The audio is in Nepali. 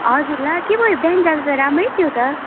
हजुर ला के भयो बिहान जाँदा त राम्रै थियो त